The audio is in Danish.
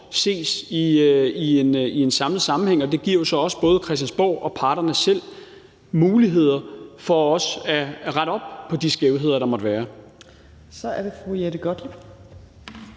ses i en sammenhæng, og det giver jo så også både os her på Christiansborg og parterne selv nogle muligheder for at rette op på de skævheder, der måtte være. Kl. 17:19 Fjerde